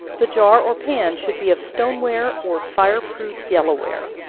the jar or pan should be of stone ware, or fire-proof yellow ware.